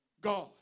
God